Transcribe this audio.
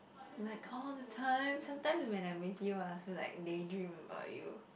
like all the time sometime when I'm with you I also daydream about you